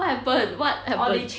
what happen what happened